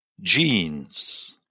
genes